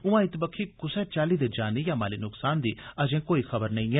उआं इत्त बक्खी कुसै चाल्ली दे जानी या माली नुक्सान दी अजें कोई खबर नेईं ऐ